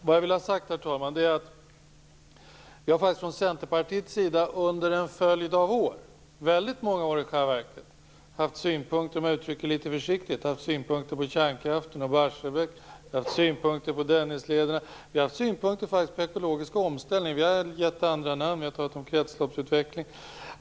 Vad jag vill ha sagt, herr talman, är att vi från Centerpartiets sida under en följd av år - väldigt många år i själva verket - har haft synpunkter, för att uttrycka det försiktigt, på kärnkraften, Barsebäck och Dennislederna och faktiskt även på den ekologiska omställningen, även om vi har givit den andra namn - vi har talat om kretsloppsutveckling.